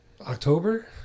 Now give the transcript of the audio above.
October